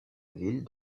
ville